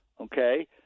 okay